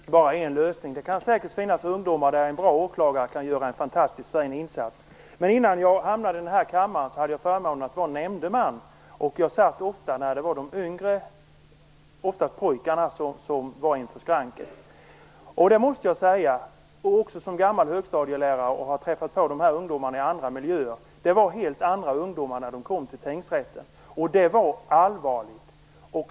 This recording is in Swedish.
Fru talman! Det finns naturligtvis inte bara en lösning. Det kan säkert finnas ungdomar för vilka en bra åklagare kan göra en fantastiskt fin insats. Innan jag hamnade i denna kammare hade jag förmånen att vara nämndeman. Jag var ofta med när yngre, oftast pojkar, stod inför skranket. Som gammal högstadielärare har jag också träffat på dessa ungdomar i andra miljöer. Jag måste säga att de var helt andra ungdomar när de kom till tingsrätten. Det var allvarligt.